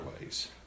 ways